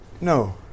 No